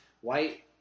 White